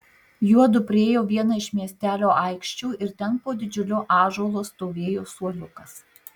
juodu priėjo vieną iš miestelio aikščių ir ten po didžiuliu ąžuolu stovėjo suoliukas